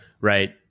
Right